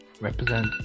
represent